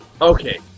Okay